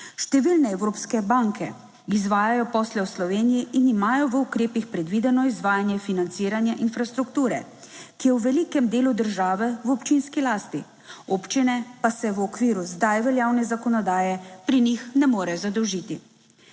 Številne evropske banke izvajajo posle v Sloveniji in imajo v ukrepih predvideno izvajanje financiranja infrastrukture, ki je v velikem delu države v občinski lasti, občine pa se v okviru zdaj veljavne zakonodaje pri njih ne morejo zadolžiti.